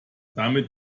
damit